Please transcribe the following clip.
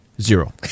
Zero